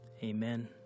Amen